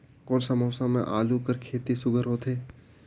कोन सा मौसम म आलू कर खेती सुघ्घर होथे?